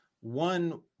one